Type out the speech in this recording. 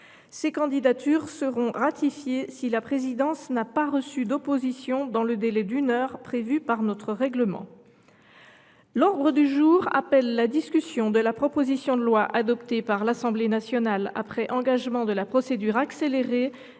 Ces candidatures seront ratifiées si la présidence n’a pas reçu d’opposition dans le délai d’une heure prévu par notre règlement. L’ordre du jour appelle la discussion de la proposition de loi, adoptée par l’Assemblée nationale après engagement de la procédure accélérée,